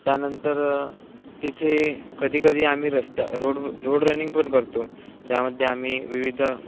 त्यानंतर तिथे कधी कधी आम्ही रस्त्या रोड रोड रनिंग पण करतो ज्यामध्ये आम्ही विविध